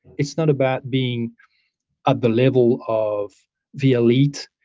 it's not about being at the level of the elite,